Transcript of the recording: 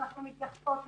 ואנחנו מתייחסות לזה.